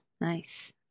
nice